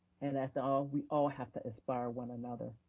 and after all, we all have to inspire one another.